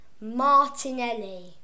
Martinelli